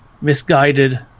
misguided